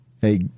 hey